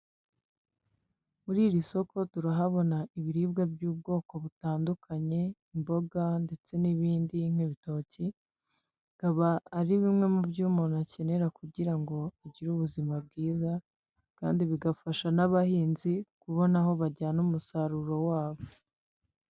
Muri iri soko turahabona ibiribwa by'ubwoko butandukanye imboga ndetse n'ibindi nk'ibitoki bikaba ari bimwe mu byo umuntu akenera kugira ngo agire ubuzima bwiza kandi bigafasha n'abahinzi kubona aho bajyana umusaruro wabom